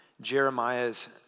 Jeremiah's